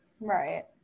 Right